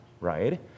right